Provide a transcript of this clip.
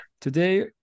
today